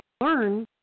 learn